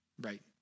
right